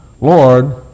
Lord